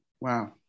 Wow